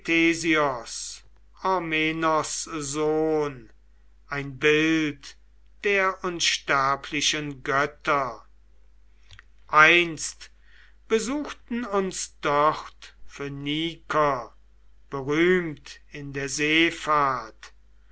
sohn ein bild der unsterblichen götter einst besuchten uns dort phöniker berühmt in der seefahrt